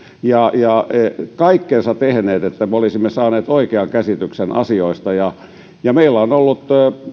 ja ja kaikkensa tehneet että me olisimme saaneet oikean käsityksen asioista meillä on ollut